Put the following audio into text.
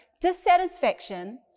dissatisfaction